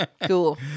Cool